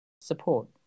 support